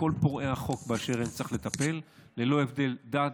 בכל פורעי החוק באשר הם צריך לטפל ללא הבדלי דת,